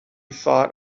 thought